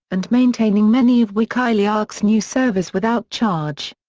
and maintaining many of wikileaks' new servers without charge.